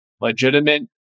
legitimate